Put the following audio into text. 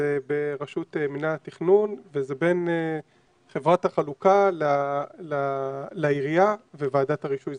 זה ברשות מינהל התכנון וזה בין חברת החלוקה לעירייה וועדת הרישוי.